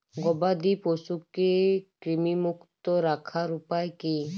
গবাদি পশুকে কৃমিমুক্ত রাখার উপায় কী?